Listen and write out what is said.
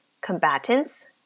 Combatants